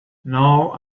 now